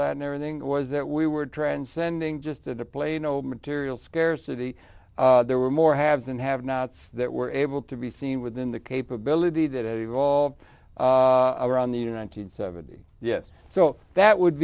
and then was that we were transcending just a plain old material scarcity there were more haves and have nots that were able to be seen within the capability that evolved around the united seventy yes so that would